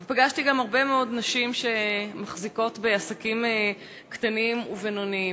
אבל פגשתי גם הרבה מאוד נשים שמחזיקות עסקים קטנים ובינוניים.